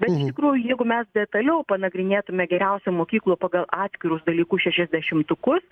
bet iš tikrųjų jeigu mes detaliau panagrinėtume geriausių mokyklų pagal atskirus dalykus šešiasdešimtukus